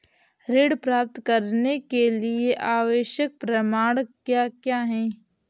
ऋण प्राप्त करने के लिए आवश्यक प्रमाण क्या क्या हैं?